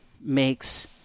makes